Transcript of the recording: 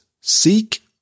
seek